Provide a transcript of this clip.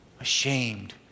ashamed